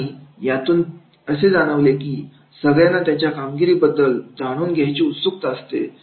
आणि यातून हे जाणवले की सगळ्यांना त्यांच्या कामगिरीबद्दल जाणून घेण्यासाठी उत्सुकता असते